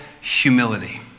humility